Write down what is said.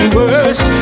worse